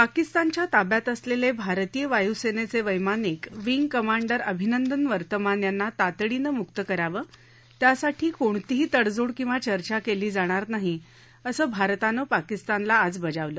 पाकिस्तानच्या ताब्यात असलेले भारतीय वायुसेनेचे वैमानिक विंग कमांडर अभिनंदन वर्तमान यांना तातडीनं म्क्त करावं त्यासाठी कोणतीही तडजोड किंवा चर्चा केली जाणार नाही असं भारतानं पाकिस्तानला आज बजावलं